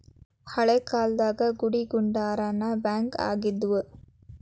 ಹಳೇ ಕಾಲ್ದಾಗ ಗುಡಿಗುಂಡಾರಾನ ಬ್ಯಾಂಕ್ ಆಗಿದ್ವು